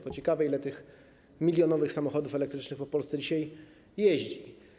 To ciekawe, ile milionów samochodów elektrycznych po Polsce dzisiaj jeździ.